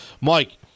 Mike